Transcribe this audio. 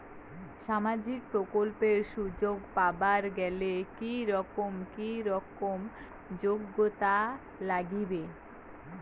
সামাজিক প্রকল্পের সুযোগ পাবার গেলে কি রকম কি রকম যোগ্যতা লাগিবে?